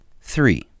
three